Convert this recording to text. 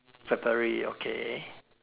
February okay